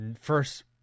first